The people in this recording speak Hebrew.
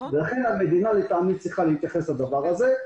לכן המדינה צריכה להתייחס לדבר הזה.